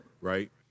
right